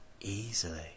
easily